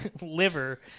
liver